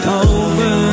over